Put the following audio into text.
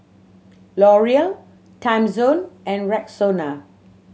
L'Oreal Timezone and Rexona